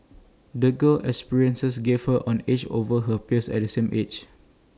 the girl's experiences gave her an edge over her peers of the same age